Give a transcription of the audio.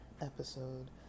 episode